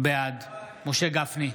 בעד משה גפני,